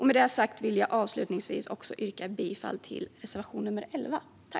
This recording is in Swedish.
Med detta sagt vill jag avslutningsvis yrka bifall till reservation nummer 11.